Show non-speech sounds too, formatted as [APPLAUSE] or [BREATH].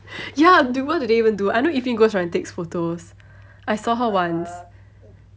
[BREATH] ya dude what do they even do I know evelyn goes around takes photos I saw her once